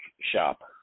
shop